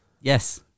Yes